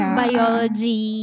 biology